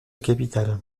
capitale